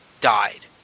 died